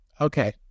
Okay